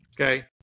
Okay